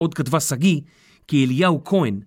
‫עוד כתבה שגיא ‫כי אליהו כהן